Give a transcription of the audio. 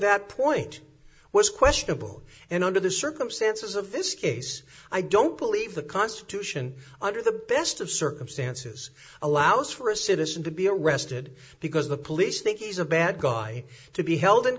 that point was questionable and under the circumstances of this case i don't believe the constitution under the best of circumstances allows for a citizen to be arrested because the police think he's a bad guy to be held in